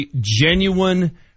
genuine